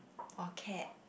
or cat